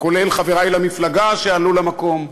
כולל חברי למפלגה שעלו למקום.